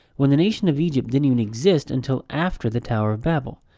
when the nation of egypt didn't even exist until after the tower of babel?